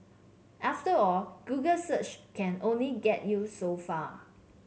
after all Google search can only get you so far